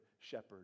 shepherd